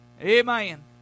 Amen